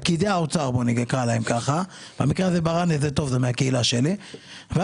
פקידי האוצר ויגידו שאין כסף.